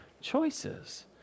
choices